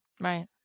right